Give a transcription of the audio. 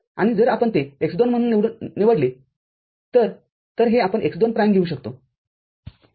आणि जर आपण ते x२ म्हणून निवडले तरतर हे आपण x२ प्राईमलिहू शकतो